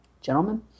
gentlemen